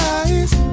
eyes